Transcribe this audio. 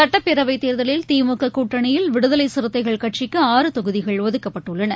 சட்டப்பேரவை தேர்தலில் திமுக கூட்டணியில் விடுதலை சிறுத்தைகள் கட்சிக்கு ஆறு தொகுதிகள் ஒதுக்கப்பட்டுள்ளன